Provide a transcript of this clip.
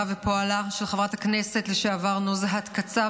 ופועלה של חברת הכנסת לשעבר נוזהת קצב,